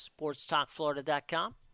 SportstalkFlorida.com